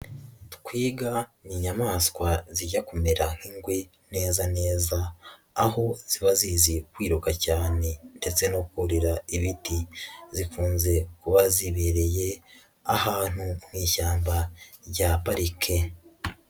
Twiga ni inyamaswa zijya kumera nk'ingwe neza neza, aho ziba zizi kwiruka cyane ndetse no kurira ibiti, zikunze kuba zibereye ahantu mu ishyamba rya parike.